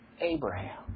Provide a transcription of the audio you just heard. Abraham